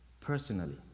personally